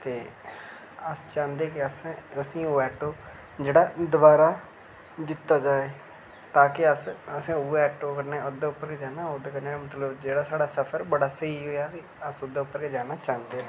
ते अस चांह्दे के असें असें उसी ओह् आटो जेह्ड़ा दबारा दित्ता जाए ता के अस असें उयै आटो कन्नै ओह्दे पर गै जाना ओह्दे कन्नै गै मतलब जेह्ड़ा साढ़ा सफर बड़ा स्हेई होएया नी अस ओह्दे पर गै जाना चांह्दे न